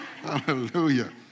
Hallelujah